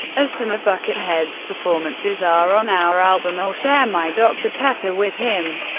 as some of buckethead's performances are on our album, i'll share my dr pepper with him.